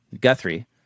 Guthrie